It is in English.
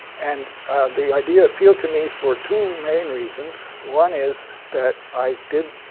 and the idea appealed to me for two main reasons. one is that i did